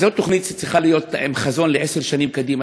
זאת תוכנית שצריכה להיות עם חזון לעשר שנים קדימה,